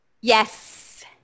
Yes